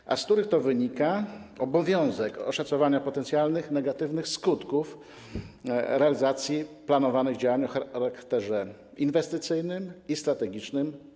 Wynika z nich obowiązek oszacowania potencjalnych negatywnych skutków realizacji planowanych działań o charakterze inwestycyjnym i strategicznym.